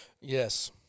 Yes